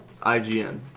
IGN